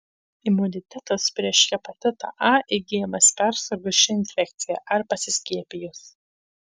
imunitetas prieš hepatitą a įgyjamas persirgus šia infekcija ar pasiskiepijus